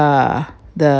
uh the